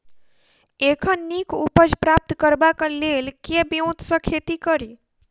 एखन नीक उपज प्राप्त करबाक लेल केँ ब्योंत सऽ खेती कड़ी?